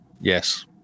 Yes